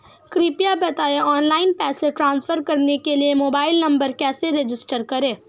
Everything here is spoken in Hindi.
कृपया बताएं ऑनलाइन पैसे ट्रांसफर करने के लिए मोबाइल नंबर कैसे रजिस्टर करें?